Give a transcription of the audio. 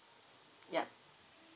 yup